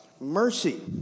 mercy